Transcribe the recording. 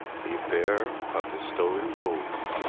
the affair of the stolen gold